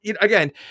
Again